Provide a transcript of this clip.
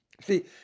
See